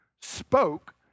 spoke